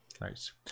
Nice